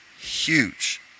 huge